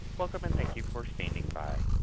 welcome and thank you for standing by.